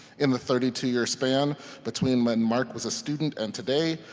in the thirty two year span between when mark was a student and today,